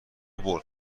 برد